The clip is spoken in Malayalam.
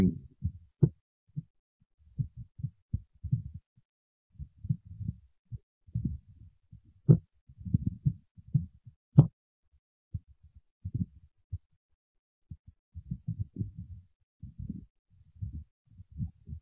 നന്ദി